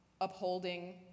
upholding